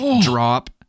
drop